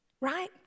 right